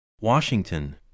Washington